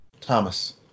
Thomas